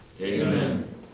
Amen